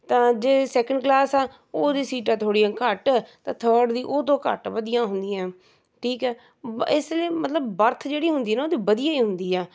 ਤਾਂ ਜੇ second class ਆ ਉਹਦੀ ਸੀਟਾਂ ਥੋੜ੍ਹੀਆਂ ਘੱਟ ਤਾਂ ਥਰਡ ਦੀ ਓਹ ਤੋਂ ਘੱਟ ਵਧੀਆ ਹੁੰਦੀਆਂ ਠੀਕ ਹੈ ਇਸ ਲਈ ਮਤਲਬ ਬਰਥ ਜਿਹੜੀ ਹੁੰਦੀ ਨਾ ਓਹਦੀ ਵਧੀਆ ਹੀ ਹੁੰਦੀ ਆ